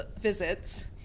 visits